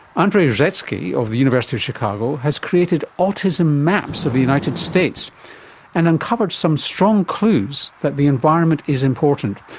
andrey rzhetsky of the university of chicago has created autism maps of the united states and uncovered some strong clues that the environment is important.